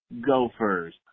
Gophers